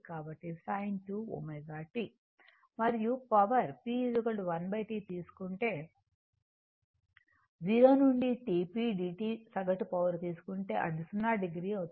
power కి P 1 T తీసుకుంటే 0 నుండి T p dt సగటు పవర్ తీసుకుంటే అది 00 అవుతుంది